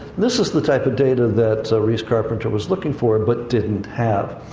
this is the type of data that rhys carpenter was looking for but didn't have.